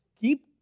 Keep